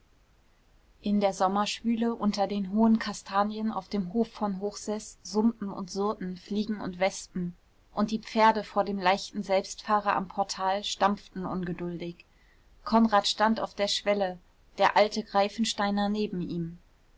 in der sommerschwüle unter den hohen kastanien auf dem hof von hochseß summten und surrten fliegen und wespen und die pferde vor dem leichten selbstfahrer am portal stampften ungeduldig konrad stand auf der schwelle der alte greifensteiner neben ihm